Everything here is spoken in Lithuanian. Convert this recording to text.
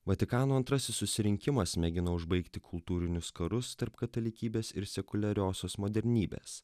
vatikano antrasis susirinkimas mėgino užbaigti kultūrinius karus tarp katalikybės ir sekuliariosios modernybės